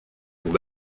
vous